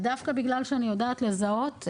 ודווקא בגלל שאני יודעת לזהות,